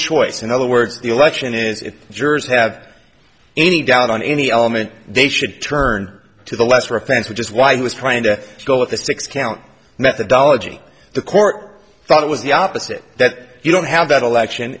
choice in other words the election is if the jurors have any doubt on any element they should turn to the lesser offense which is why he was trying to go with the six count methodology the court thought it was the opposite that you don't have that election